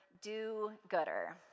do-gooder